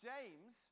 James